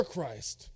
Christ